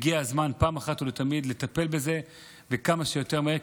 הגיע הזמן אחת ולתמיד לטפל בזה וכמה שיותר מהר,